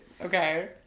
Okay